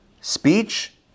speech